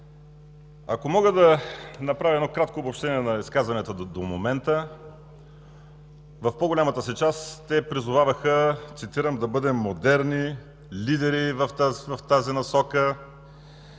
Ако мога да направя едно кратко общение на изказванията до момента, в по голямата си част те призоваваха „да бъдем модерни, лидери в тази насока,